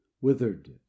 withered